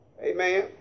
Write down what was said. Amen